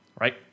Right